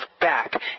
back